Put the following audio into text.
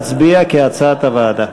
נא להצביע כהצעת הוועדה.